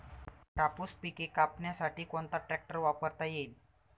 कापूस पिके कापण्यासाठी कोणता ट्रॅक्टर वापरता येईल?